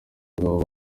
bagabo